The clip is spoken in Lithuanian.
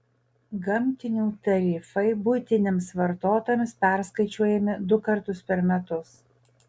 gamtinių tarifai buitiniams vartotojams perskaičiuojami du kartus per metus